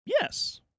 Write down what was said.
Yes